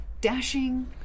dashing